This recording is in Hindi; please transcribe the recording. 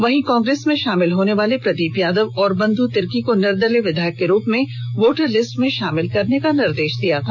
वहीं कांग्रेस में शामिल होने वाले प्रदीप यादव और बंधु तिर्की को निर्दलीय विधायक के रूप में वोटर लिस्ट में शामिल करने का निर्देश दिया था